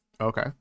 okay